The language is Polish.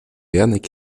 janek